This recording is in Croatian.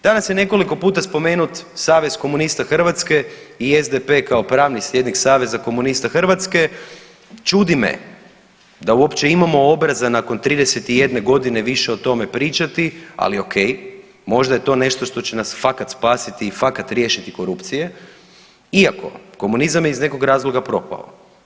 Danas je nekoliko puta spomenut Savez komunista Hrvatske i SDP kao pravni slijednik SKH, čudi me da uopće imamo obraza nakon 31 godine više o tome pričati, ali ok, možda je to nešto što će nas fakat spasiti i fakat riješiti korupcije iako komunizam je iz nekog razloga propao.